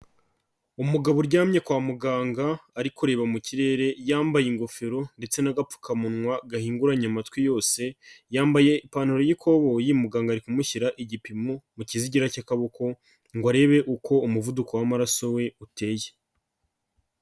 Umugabo uryamye kwa muganga, ari kureba mu kirere, yambaye ingofero ndetse n'agapfukamunwa gahinguranye amatwi yose, yambaye ipantaro y'ikoboyi muganga ari kumushyira igipimo mu kizigira cy'akaboko, ngo arebe uko umuvuduko w'amaraso we uteye.